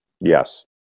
Yes